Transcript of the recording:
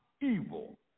evil